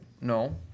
No